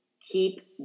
Keep